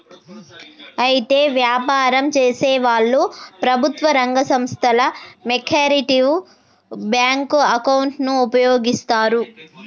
అయితే వ్యాపారం చేసేవాళ్లు ప్రభుత్వ రంగ సంస్థల యొకరిటివ్ బ్యాంకు అకౌంటును ఉపయోగిస్తారు